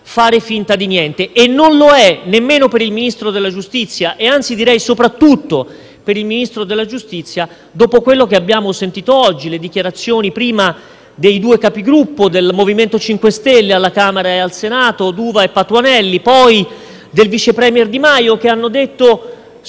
fare finta di niente; non lo è nemmeno per il Ministro della giustizia, anzi direi soprattutto per il Ministro della giustizia, dopo quello che abbiamo sentito oggi, ossia le dichiarazioni prima dei due Capigruppo del MoVimento 5 Stelle alla Camera e al Senato, d'Uva e Patuanelli, e poi del vice *premier* Di Maio, i quali hanno detto